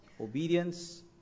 Obedience